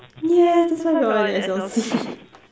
yeah that's why we're on S_L_C